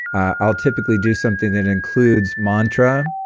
i'll typically do something that includes mantra,